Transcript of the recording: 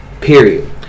period